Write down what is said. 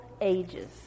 ages